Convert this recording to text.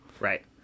Right